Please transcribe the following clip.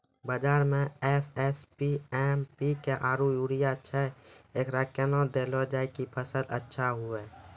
बाजार मे SSP, MPK आरु यूरिया छैय, एकरा कैना देलल जाय कि फसल अच्छा हुये?